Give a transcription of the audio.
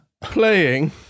playing